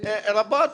רבים